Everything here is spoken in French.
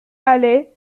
alais